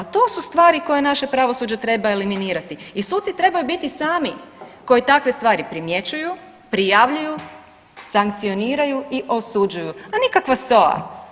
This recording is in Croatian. To su stvari koje naše pravosuđe treba eliminirati i suci trebaju biti sami koji takve stvari primjećuju, prijavljuju, sankcioniraju i osuđuju, a nikakva SOA.